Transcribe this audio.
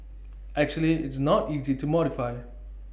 actually it's not easy to modify